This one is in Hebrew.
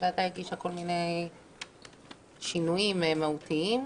הוועדה הגישה כל מיני שינויים מהותיים,